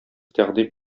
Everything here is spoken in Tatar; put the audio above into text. тәкъдим